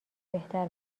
بهتر